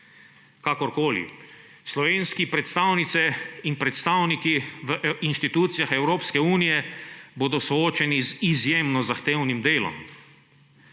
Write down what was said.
Kakorkoli, slovenski predstavnice in predstavniki v institucijah Evropske unije bodo soočeni z izjemno zahtevnim delom,